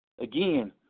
again